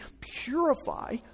purify